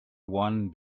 one